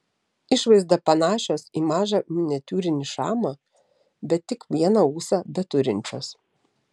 išvaizda panašios į mažą miniatiūrinį šamą bet tik vieną ūsą beturinčios